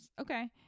okay